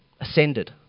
ascended